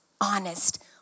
honest